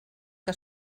que